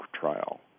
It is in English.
trial